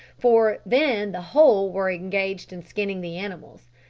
for then the whole were engaged in skinning the animals.